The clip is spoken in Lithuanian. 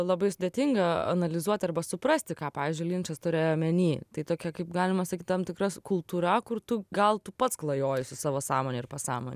labai sudėtinga analizuot arba suprasti ką pavyzdžiui linčas turėjo omeny tai tokia kaip galima sakyt tam tikra kultūra kur tu gal tu pats klajoji su savo sąmone ir pasąmone